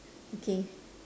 okay